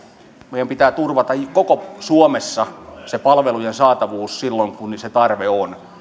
meidän pitää turvata koko suomessa se palvelujen saatavuus silloin kun se tarve on